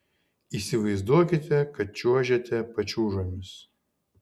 įsivaizduokite kad čiuožiate pačiūžomis